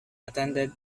attended